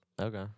Okay